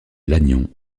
lannion